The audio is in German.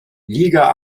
liga